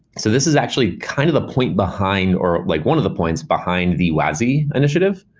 so this is actually kind of the point behind or like one of the points behind the wasi initiative,